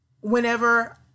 whenever